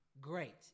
great